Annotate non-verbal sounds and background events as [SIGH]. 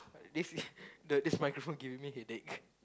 this [BREATH] the this microphone giving me headache